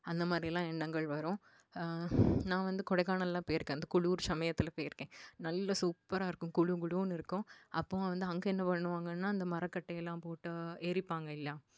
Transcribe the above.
அந்தமாதிரிலாம் எண்ணங்கள் வரும் நான் வந்து கொடைக்கானல்லாம் போயிருக்கேன் இந்த குளிர் சமயத்தில் போயிருக்கேன் நல்லா சூப்பராக இருக்கும் குளுகுளுன்னு இருக்கும் அப்போ வந்து அங்கே என்ன பண்ணுவாங்கன்னால் இந்த மரக்கட்டை எல்லாம் போட்டு எரிப்பாங்கள் இல்லை